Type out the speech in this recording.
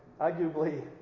Arguably